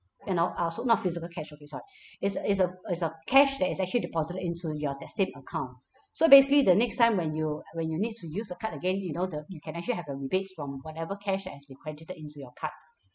you know uh so not physical cash okay sorry it's a it's a it's a cash that is actually deposited into your that same account so basically the next time when you when you need to use the card again you know the you can actually have a rebates from whatever cash that has been credited into your card